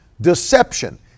deception